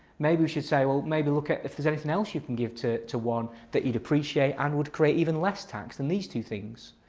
maybe we should say well maybe look at if there's anything else you can give to to won that he'd appreciate and would create even less tax than these two things.